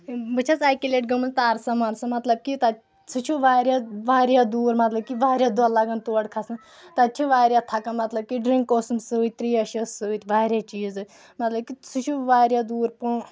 بہٕ چھَس اکی لٹہِ گٔمٕژ تارسا مارسا مطلب کہِ تَتہِ سُہ چھُ واریاہ واریاہ دوٗر مطلب کہِ واریاہ دۄہ لگان تور گژھنس تَتہِ چھِ واریاہ تھکان مطلب کہِ ڈرنک اوسُم سۭتۍ تریش ٲس سۭتۍ واریاہ چیٖز ٲسۍ مطلب کہِ سُہ چھُ واریاہ دوٗر پو